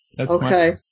Okay